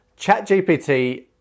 ChatGPT